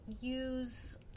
use